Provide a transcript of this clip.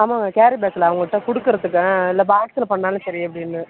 ஆமாம் carry bag இல்லை அவங்கள்கிட்ட கொடுக்கறதுக்கு ஆ இல்லை பாக்சில் பண்ணாலும் சரி எப்படின்னு